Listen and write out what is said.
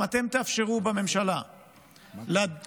אם אתם תאפשרו בממשלה לדחות